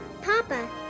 Papa